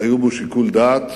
היו בו שיקול דעת,